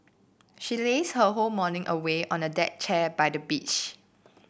she lazed her whole morning away on a deck chair by the beach